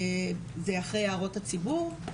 זה אחרי הערות הציבור,